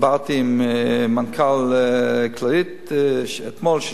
דיברתי עם מנכ"ל "כללית" אתמול,